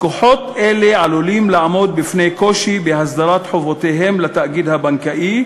לקוחות אלה עלולים לעמוד בפני קושי בהסדרת חובותיהם לתאגיד הבנקאי,